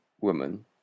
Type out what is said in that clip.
woman